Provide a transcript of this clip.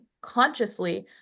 consciously